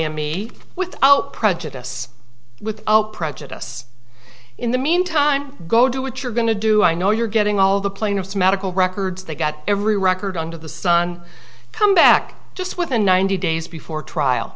am me without prejudice without prejudice in the meantime go do what you're going to do i know you're getting all the plaintiffs medical records they got every record under the sun come back just within ninety days before trial